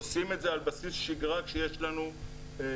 עושים את זה על בסיס שגרה כשיש לנו תאונות,